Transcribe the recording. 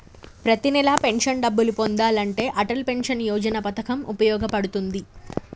ప్రతి నెలా పెన్షన్ డబ్బులు పొందాలంటే అటల్ పెన్షన్ యోజన పథకం వుపయోగ పడుతుంది